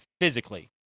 physically